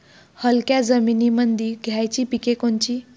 हलक्या जमीनीमंदी घ्यायची पिके कोनची?